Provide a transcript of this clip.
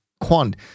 quant